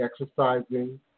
exercising